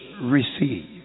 receive